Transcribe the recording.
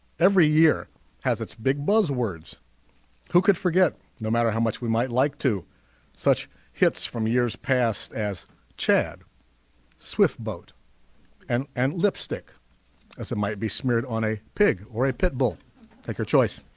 every year has its big buzzwords who could forget no matter how much we might like to such hits from years past as chad swift boat and and lipstick as it might be smeared on a pig or a pit bull take her choice